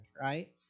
right